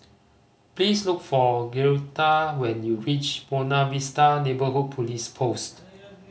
please look for Girtha when you reach Buona Vista Neighbourhood Police Post